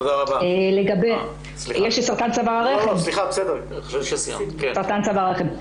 לגבי סרטן צוואר הרחם,